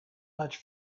much